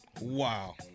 Wow